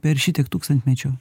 per šitiek tūkstantmečių